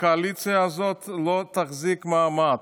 הקואליציה הזאת לא תחזיק מעמד.